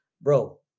bro